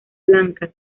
blancas